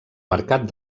mercat